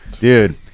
dude